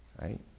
Right